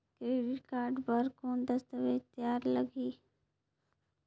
Credit card बर कौन दस्तावेज तैयार लगही?